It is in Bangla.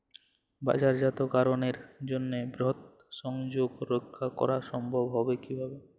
বাজারজাতকরণের জন্য বৃহৎ সংযোগ রক্ষা করা সম্ভব হবে কিভাবে?